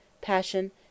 passion